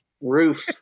roof